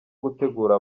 gutegura